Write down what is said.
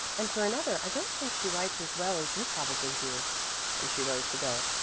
and for another i don't think she writes as well as you probably do and she rose to go.